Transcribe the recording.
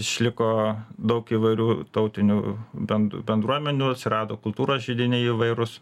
išliko daug įvairių tautinių bend bendruomenių atsirado kultūros židiniai įvairūs